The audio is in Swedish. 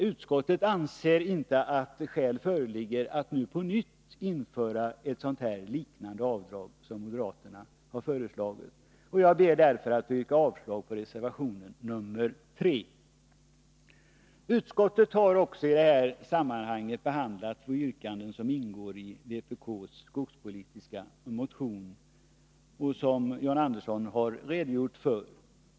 Utskottet anser inte att skäl föreligger att på nytt införa ett sådant här avdrag, som moderaterna föreslagit. Jag ber att få yrka avslag på reservation 3. Utskottet har också i det här sammanhanget behandlat yrkandena i vpk:s skogspolitiska motion, som John Andersson här redogjort för.